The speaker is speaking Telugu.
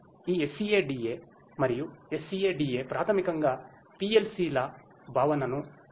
కాబట్టి ఈ SCADA మరియు SCADA ప్రాథమికంగాPLCల భావనను ఉపయోగిస్తాయి